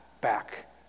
back